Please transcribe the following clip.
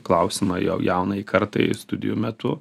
klausimą jaunajai kartai studijų metu